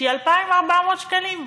שהיא 2,400 שקלים.